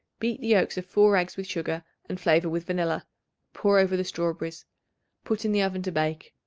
beat the yolks of four eggs with sugar and flavor with vanilla pour over the strawberries put in the oven to bake.